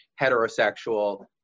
heterosexual